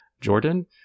jordan